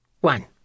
one